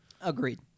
agreed